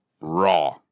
raw